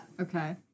Okay